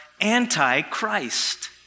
anti-Christ